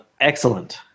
Excellent